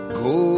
go